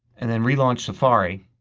and then relaunch safari